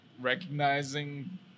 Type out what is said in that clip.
recognizing